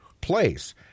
place